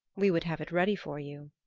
we would have it ready for you.